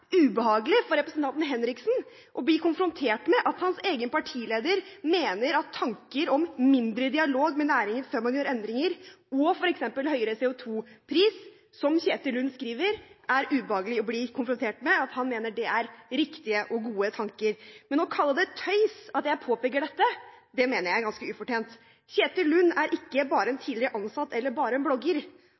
ubehagelig for representanten Per Rune Henriksen å bli konfrontert med at hans egen partileder mener at tanker om mindre dialog med næringen før man gjør endringer, og f.eks. høyere CO2-pris, som Kjetil Lund skriver, er riktige og gode tanker. Men å kalle det tøys at jeg påpeker dette, mener jeg er ganske ufortjent. Kjetil Lund er ikke bare en tidligere ansatt eller bare en blogger,